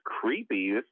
creepy